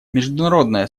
международное